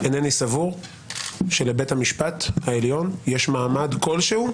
-- אינני סבור שלבית המשפט העליון יש מעמד כלשהו,